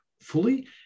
fully